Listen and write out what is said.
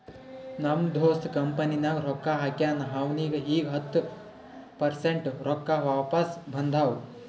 ನಮ್ ದೋಸ್ತ್ ಕಂಪನಿನಾಗ್ ರೊಕ್ಕಾ ಹಾಕ್ಯಾನ್ ಅವ್ನಿಗ ಈಗ್ ಹತ್ತ ಪರ್ಸೆಂಟ್ ರೊಕ್ಕಾ ವಾಪಿಸ್ ಬಂದಾವ್